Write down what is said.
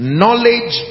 knowledge